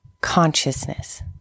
consciousness